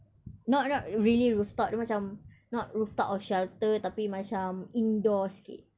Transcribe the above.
not not really rooftop dia macam not rooftop or shelter tapi macam indoor sikit